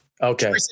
okay